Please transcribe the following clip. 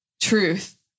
truth